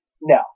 no